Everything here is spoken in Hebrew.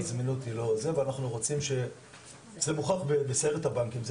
זה מוכח בסיירת הבנקים.